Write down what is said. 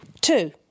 Two